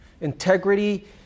Integrity